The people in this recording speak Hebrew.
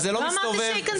אביגיל,